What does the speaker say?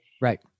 Right